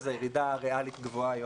אז הירידה הריאלית גבוהה יותר.